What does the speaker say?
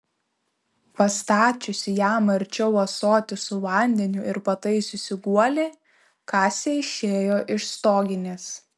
pastačiusi jam arčiau ąsotį su vandeniu ir pataisiusi guolį kasė išėjo iš stoginės